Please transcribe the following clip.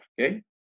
Okay